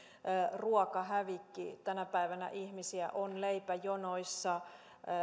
ruokahävikki tänä päivänä ihmisiä on leipäjonoissa